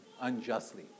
unjustly